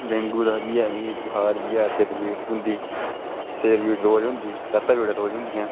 dengue दा बी ऐ मिगी बखार बी ऐ सिर पीड़ होंदी सिर पीड़ रोज़ होंदी लत्तां पीड़ां रोज़ होंदियां